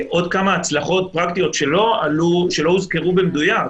עוד כמה הצלחות פרקטיות שלא הוזכרו במדויק,